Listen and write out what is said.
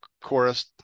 chorus